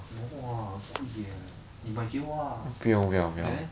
no ah 贵 eh 你买给我 lah then